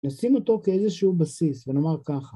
נשים אותו כאיזשהו בסיס ונאמר ככה.